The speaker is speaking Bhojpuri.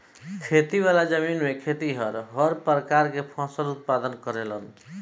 खेती वाला जमीन में खेतिहर हर प्रकार के फसल के उत्पादन करेलन